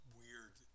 weird